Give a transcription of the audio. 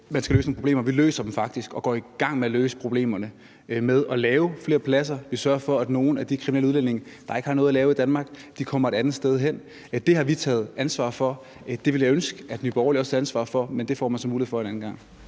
man løser nogle problemer; vi løser dem faktisk og går i gang med at løse problemerne med at lave flere pladser. Vi sørger for, at nogle at de kriminelle udlændinge, der ikke har noget at gøre i Danmark, kommer et andet sted hen. Det har vi taget ansvar for, og det ville jeg ønske at Nye Borgerlige også ville tage ansvar for – men det får man så mulighed for en anden gang.